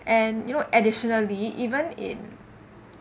and you know additionally even in